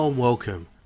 Welcome